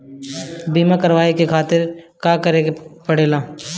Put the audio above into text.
बीमा करेवाए के खातिर का करे के पड़ेला?